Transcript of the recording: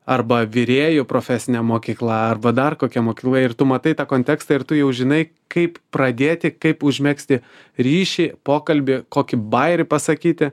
arba virėjų profesinė mokykla arba dar kokia mokykla ir tu matai tą kontekstą ir tu jau žinai kaip pradėti kaip užmegzti ryšį pokalbį kokį bajerį pasakyti